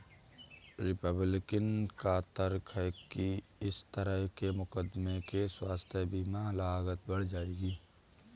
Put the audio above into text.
Republican का तर्क है कि इस तरह के मुकदमों से स्वास्थ्य बीमा लागत बढ़ जाएगी